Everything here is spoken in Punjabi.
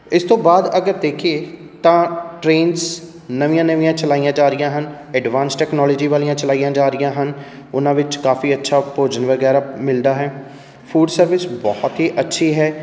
ਇਸ ਤੋਂ ਬਾਅਦ ਅਗਰ ਦੇਖੀਏ ਤਾਂ ਟਰੇਨਸ ਨਵੀਆਂ ਨਵੀਆਂ ਚਲਾਈਆਂ ਜਾ ਰਹੀਆਂ ਹਨ ਐਡਵਾਂਸ ਟੈਕਨੋਲੋਜੀ ਵਾਲੀਆਂ ਚਲਾਈਆਂ ਜਾ ਰਹੀਆਂ ਹਨ ਉਹਨਾਂ ਵਿੱਚ ਕਾਫ਼ੀ ਅੱਛਾ ਭੋਜਨ ਵਗੈਰਾ ਮਿਲਦਾ ਹੈ ਫੂਡ ਸਰਵਿਸ ਬਹੁਤ ਹੀ ਅੱਛੀ ਹੈ